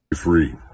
free